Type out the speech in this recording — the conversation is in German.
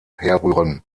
herrühren